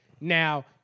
Now